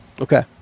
Okay